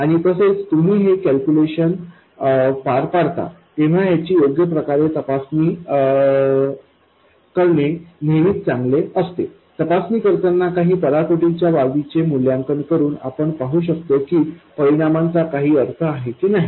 आणि तसेच जेव्हा तुम्ही हे कॅल्क्युलेशन पार पाडता तेव्हा ह्याची योग्य प्रकारे तपासणी करणे नेहमीच चांगले असते तपासणी करताना काही पराकोटिच्या बाबींचे मूल्यांकन करून आपण पाहू शकतो की परिणामाचा काही अर्थ आहे की नाही